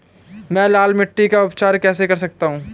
मैं लाल मिट्टी का उपचार कैसे कर सकता हूँ?